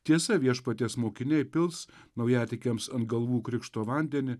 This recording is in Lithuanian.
tiesa viešpaties mokiniai pils naujatikiams ant galvų krikšto vandenį